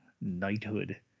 knighthood